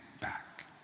back